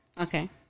Okay